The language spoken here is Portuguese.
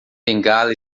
bengala